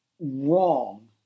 wrong